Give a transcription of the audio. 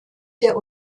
der